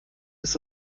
ist